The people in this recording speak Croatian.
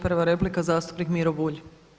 Prva replika zastupnik Miro Bulj.